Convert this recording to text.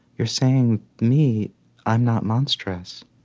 you're seeing me i'm not monstrous.